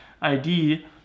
ID